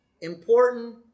important